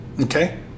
okay